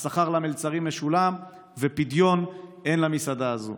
השכר למלצרים משולם ופדיון אין למסעדה הזו.